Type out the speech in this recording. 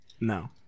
No